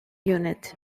unit